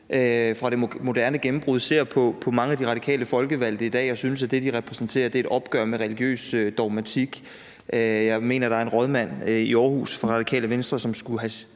fra det moderne gennembrud ser på mange af de radikale folkevalgte og synes, at det, de repræsenterer, er et opgør med religiøs dogmatik. Jeg mener, der var en rådmand i Aarhus fra Radikale Venstre, som ville have